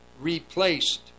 replaced